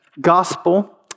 gospel